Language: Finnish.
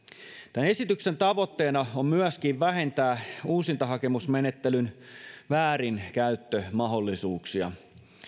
tämän esityksen tavoitteena on myöskin vähentää uusintahakemusmenettelyn väärinkäyttömahdollisuuksia